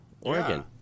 Oregon